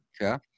okay